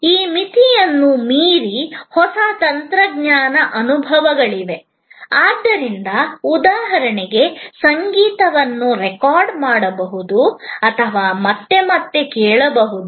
ಈ ಮಿತಿಯನ್ನು ಮೀರಿ ಹೊಸ ತಾಂತ್ರಿಕ ಅನುಭವಗಳಿವೆ ಆದ್ದರಿಂದ ಉದಾಹರಣೆಗೆ ಸಂಗೀತವನ್ನು ರೆಕಾರ್ಡ್ ಮಾಡಬಹುದು ಮತ್ತು ಮತ್ತೆ ಮತ್ತೆ ಕೇಳಬಹುದು